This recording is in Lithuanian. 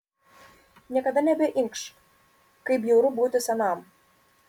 niekada nebeinkš kaip bjauru būti senam